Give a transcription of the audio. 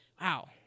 wow